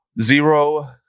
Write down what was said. Zero